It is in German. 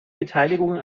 beteiligungen